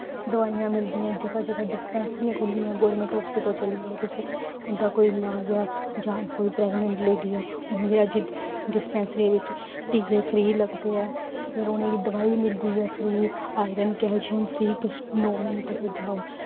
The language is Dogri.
दोआयां मिलदियां ज'गा ज'गा डिस्पैंसरियां खु'ल्ली दियां गौरमैंट हास्पिटल चली जाओ तुस उं'दा कोई इलाज ऐ जां कोई प्रैगनैंट लेडियां उं'दे अज्ज डिस्पैंसरियें बिच्च टीके फ्री लगदे ऐ फिर उ'नें गी दोआई मिलदी ऐ फ्री आयरन कैल्शियम फ्री तुस नौ म्हीने तक जाओ